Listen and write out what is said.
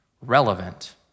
relevant